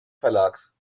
verlags